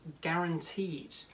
guaranteed